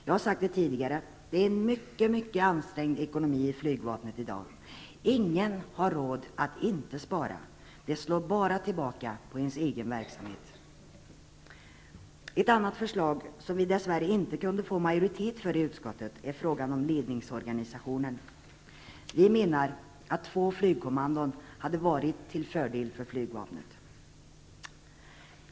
Jag har sagt det tidigare: Det är en mycket, mycket ansträngd ekonomi i flygvapnet i dag. Ingen har råd att inte spara; det slår bara tillbaka på ens egen verksamhet. Ett annat förslag, som vi dess värre inte kunde få majoritet för i utskottet, är frågan om ledningsorganisationen. Vi menar att två flygkommandon hade varit till fördel för flygvapnet.